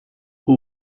who